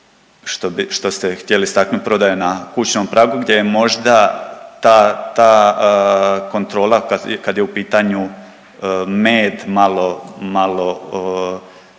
što ste htjeli istaknut prodaja na kućnom pragu gdje je možda ta, ta kontrola kad je u pitanju med malo, malo